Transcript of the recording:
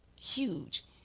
huge